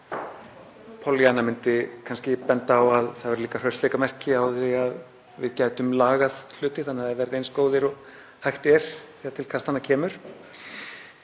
Pollýanna myndi kannski benda á að það væri líka hraustleikamerki að við gætum lagað hluti þannig að þeir verði eins góðir og hægt er þegar til kastanna kemur.